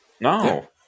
No